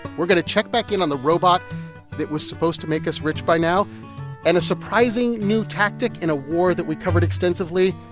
we're going to check back in on the robot that was supposed to make us rich by now and a surprising new tactic in a war that we covered extensively,